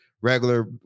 regular